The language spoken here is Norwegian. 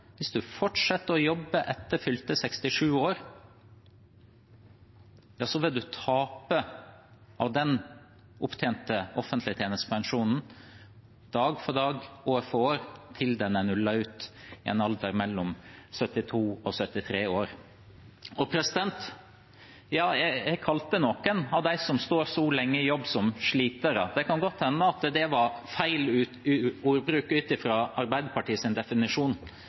Hvis en fortsetter å jobbe etter fylte 67 år, vil en tape av den opptjente offentlige tjenestepensjonen – dag for dag, år for år – til den er nullet ut i en alder mellom 72 og 73 år. Ja, jeg kalte noen av dem som står så lenge i jobb, for slitere. Det kan godt hende at det var feil ordbruk ut ifra Arbeiderpartiets definisjon.